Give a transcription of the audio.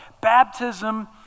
Baptism